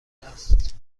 است